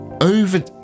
over